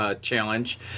challenge